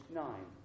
nine